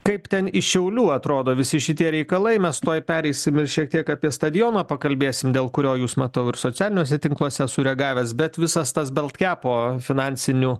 kaip ten iš šiaulių atrodo visi šitie reikalai mes tuoj pereisim ir šiek tiek apie stadioną pakalbėsim dėl kurio jūs matau ir socialiniuose tinkluose sureagavęs bet visas tas baltkepo finansinių